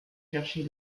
chercher